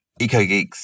EcoGeeks